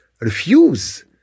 refuse